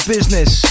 business